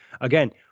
again